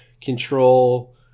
control